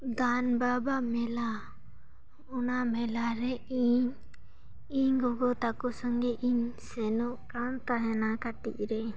ᱫᱟᱱ ᱵᱟᱵᱟ ᱢᱮᱞᱟ ᱚᱱᱟ ᱢᱮᱞᱟ ᱨᱮ ᱤᱧ ᱤᱧ ᱜᱚᱜᱚ ᱛᱟᱠᱚ ᱥᱚᱸᱜᱮ ᱤᱧ ᱥᱮᱱᱚᱜ ᱠᱟᱱ ᱛᱟᱦᱮᱱᱟ ᱠᱟᱹᱴᱤᱡ ᱨᱮ